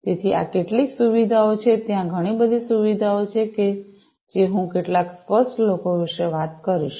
તેથી આ કેટલીક સુવિધાઓ છે ત્યાં ઘણી બધી સુવિધાઓ છે જે હું કેટલાક સ્પષ્ટ લોકો વિશે વાત કરીશ